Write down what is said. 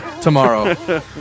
tomorrow